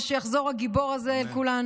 ושיחזור אל כולנו,